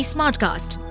Smartcast